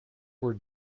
were